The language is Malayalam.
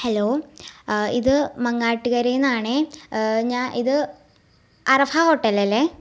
ഹലോ ആ ഇത് മങ്ങാട്ട് കരയിൽ നിന്നാണ് ഞാൻ ഇത് അറഫ ഹോട്ടൽ അല്ലേ